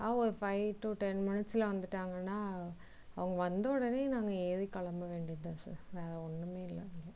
ஒரு five to ten மினிட்ஸில் வந்துட்டாங்கன்னால் அவங்க வந்த உடனே நாங்கள் ஏறி கிளம்ப வேண்டியது தான் சார் வேறே ஒன்றுமே இல்லை